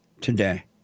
today